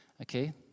okay